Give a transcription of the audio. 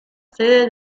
sede